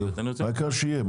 העיקר שיהיה.